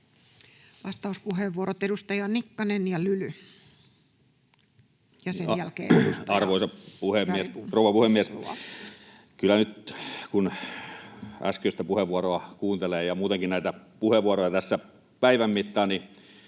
Vastauspuheenvuorot, edustajat Nikkanen ja Lyly. Arvoisa rouva puhemies! Kyllä nyt, kun kuuntelee äskeistä puheenvuoroa ja muutenkin näitä puheenvuoroja tässä päivän mittaan, ei